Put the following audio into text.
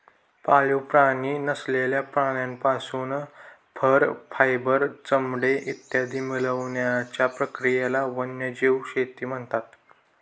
पाळीव प्राणी नसलेल्या प्राण्यांपासून फर, फायबर, चामडे इत्यादी मिळवण्याच्या प्रक्रियेला वन्यजीव शेती म्हणतात